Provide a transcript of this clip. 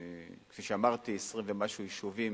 כפי שאמרתי, 20 ומשהו יישובים